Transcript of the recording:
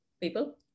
people